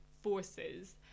forces